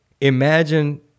imagine